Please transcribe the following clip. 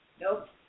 Nope